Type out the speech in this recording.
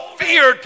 fear